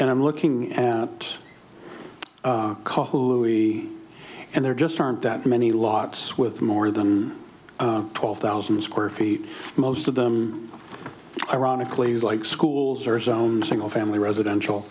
and i'm looking at it and there just aren't that many lot with more than twelve thousand square feet most of them ironically like schools are zoned single family residential